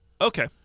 Okay